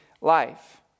life